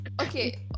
okay